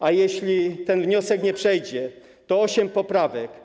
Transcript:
A jeśli ten wniosek nie przejdzie, to mam osiem poprawek.